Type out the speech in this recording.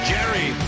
Jerry